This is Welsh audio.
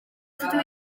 dydw